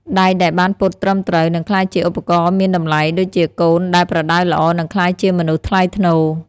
ដែកដែលបានពត់ត្រឹមត្រូវ នឹងក្លាយជាឧបករណ៍មានតម្លៃ ដូចជាកូនដែលប្រដៅល្អនឹងក្លាយជាមនុស្សថ្លៃថ្នូរ។